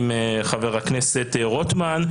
חבר הכנסת רוטמן,